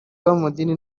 b’amadini